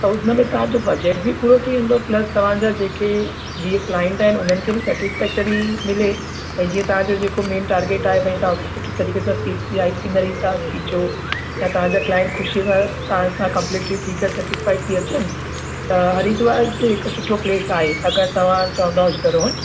त हुनमें तव्हांजो बजैट बि पूरो थी वेंदो प्लस तव्हांजा जेके वीह क्लाइंट आहिनि हुननि खे बि सैटिस्फैक्टरी मिले भई जीअं तव्हांजो जेको मेन टार्गेट आहे भई तव्हां हुते सुठे तरीक़े सां साईड सीनरी तव्हां थी अचो ऐं तव्हांजा क्लाइंट खुशीअ सां तव्हां सां कंपलिटली थी करे सैटिस्फाए थी अचनि त हरिद्वार बि हिकु सुठो प्लेस आहे अगरि तव्हां चवंदव मिस्टर रोहन